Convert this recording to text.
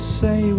say